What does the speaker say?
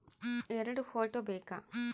ಎರಡು ಫೋಟೋ ಬೇಕಾ?